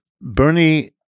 Bernie